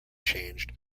changed